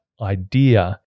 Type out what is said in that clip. idea